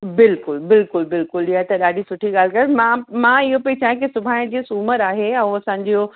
बिल्कुलु बिल्कुलु बिल्कुलु इहा त ॾाढी सुठी ॻाल्हि कयव मां मां इहो पेई चाहियां कि सुभाणे जीअं सूमरु आहे ऐं असांजो